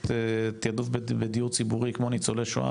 תעדוף בדיור ציבורי כמו ניצולי שואה,